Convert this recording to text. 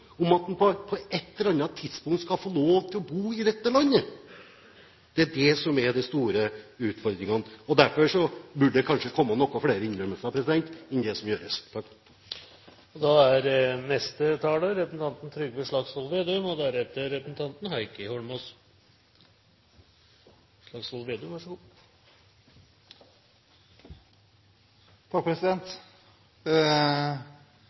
om at de på et eller annet tidspunkt vil få lov til å bo i dette landet. Det er det som er de store utfordringene, og derfor burde det kanskje komme noen flere innrømmelser enn det som nå kommer. Representanten Trine Skei Grande ble ivrig i sitt innlegg og